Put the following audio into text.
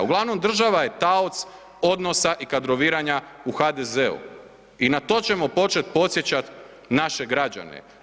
Uglavnom, država je taoc odnosa i kadroviranja u HDZ-u i na to ćemo početi podsjećati naše građane.